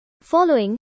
Following